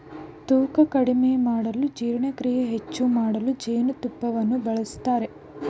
ತೂಕ ಕಡಿಮೆ ಮಾಡಲು ಜೀರ್ಣಕ್ರಿಯೆ ಹೆಚ್ಚು ಮಾಡಲು ಜೇನುತುಪ್ಪವನ್ನು ಬಳಸ್ತರೆ